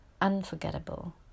Unforgettable